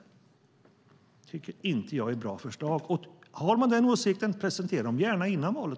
Det tycker inte jag är ett bra förslag. Har man den åsikten, presentera då gärna förslagen innan valet!